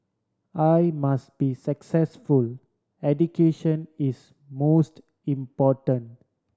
I must be successful education is most important